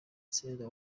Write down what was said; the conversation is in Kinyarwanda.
sierra